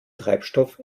treibstoff